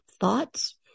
thoughts